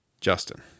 Justin